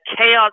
chaos